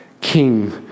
King